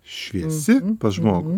šviesi pas žmogų